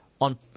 on